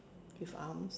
with arms